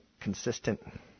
consistent